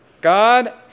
God